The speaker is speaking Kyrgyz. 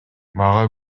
мага